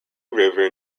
river